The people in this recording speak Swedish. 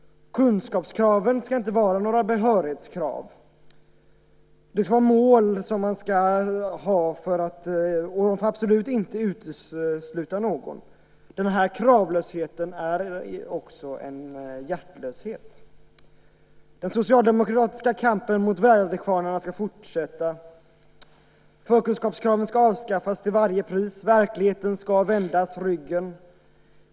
Kunskapskraven ska inte vara några behörighetskrav. De ska vara mål som man ska ha, och de får absolut inte utesluta någon. Den här kravlösheten är också en hjärtlöshet. Den socialdemokratiska kampen mot väderkvarnarna ska fortsätta. Förkunskapskraven ska avskaffas till varje pris. Verkligheten ska vändas ryggen.